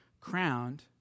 crowned